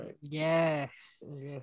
Yes